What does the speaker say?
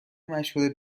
مشهور